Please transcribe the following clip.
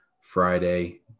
Friday